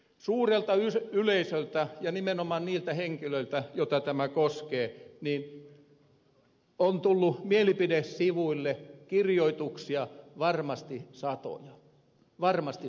suurelta yleisöltä ja nimenomaan niiltä henkilöiltä joita tämä koskee on tullut mielipidesivuille kirjoituksia varmasti satoja